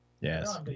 Yes